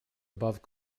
above